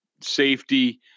safety